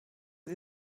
sie